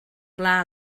clar